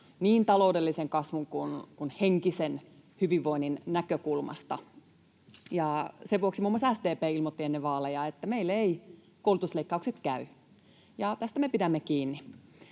niin taloudellisen kasvun kuin henkisen hyvinvoinnin näkökulmasta, ja sen vuoksi muun muassa SDP ilmoitti ennen vaaleja, että meille eivät koulutusleikkaukset käy, ja tästä me pidämme kiinni.